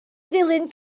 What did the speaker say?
ddilyn